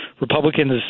Republicans